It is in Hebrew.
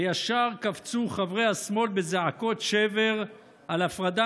וישר קפצו חברי השמאל בזעקות שבר על הפרדה